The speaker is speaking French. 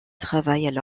travaillent